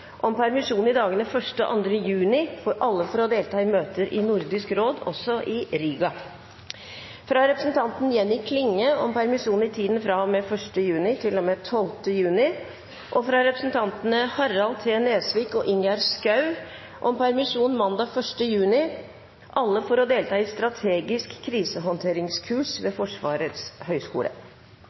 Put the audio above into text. om permisjon i dagene 1. og 2. juni – alle for delta i møter i Nordisk råd i Riga fra representanten Jenny Klinge om permisjon i tiden fra og med 1. juni til og med 12. juni og fra representantene Harald T. Nesvik og Ingjerd Schou om permisjon mandag 1. juni – alle for å delta i strategisk krisehåndteringskurs